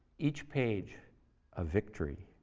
each page a victory.